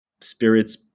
Spirits